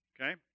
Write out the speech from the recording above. Okay